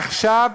עכשיו,